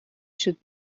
should